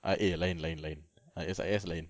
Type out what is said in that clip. ah eh lain lain lain I_S_I_S lain